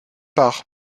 par